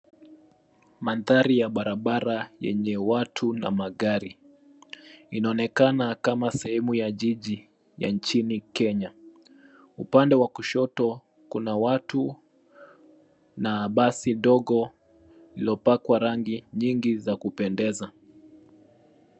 Mandhari ya barabara yenye watu na magari. Inaonekana kama sehemu ya jiji ya nchini kenya. Upande wa kushoto kuna watu na basi dogo liliopakwa rangi nyingi za kupendeza.